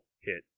hit